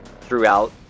throughout